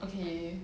okay